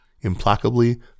implacably